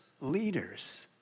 leaders